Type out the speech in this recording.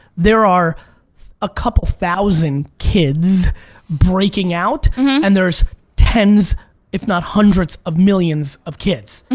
there are a couple thousand kids breaking out and there is tens if not hundreds of millions of kids.